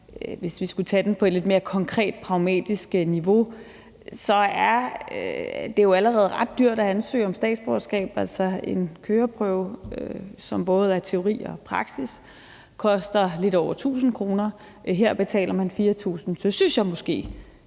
hvis vi skulle tage den på et lidt mere konkret, pragmatisk niveau, så vil jeg sige, at det jo allerede er ret dyrt at ansøge om statsborgerskab. En køreprøve, som både indeholder teori og praksis, koster lidt over 1.000 kr., men her betaler man 4.000 kr., så jeg synes måske,